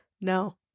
No